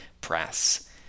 press